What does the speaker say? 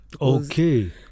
Okay